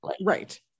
right